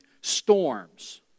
storms